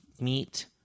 meat